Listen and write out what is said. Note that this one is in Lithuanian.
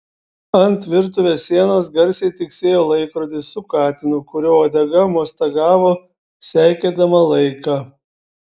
ant virtuvės sienos garsiai tiksėjo laikrodis su katinu kurio uodega mostagavo seikėdama laiką